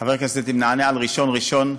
חבר הכנסת טיבי, נענה על ראשון ראשון,